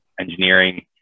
engineering